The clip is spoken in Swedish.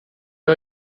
jag